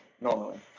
normally